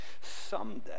someday